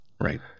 right